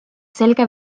selge